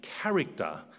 character